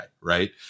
right